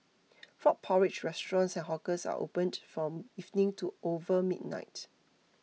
frog porridge restaurants and hawkers are opened from evening to over midnight